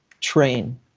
train